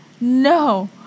no